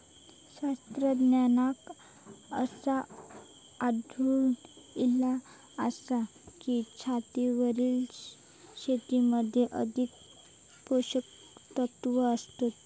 शास्त्रज्ञांका असा आढळून इला आसा की, छतावरील शेतीमध्ये अधिक पोषकतत्वा असतत